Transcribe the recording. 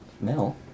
Mel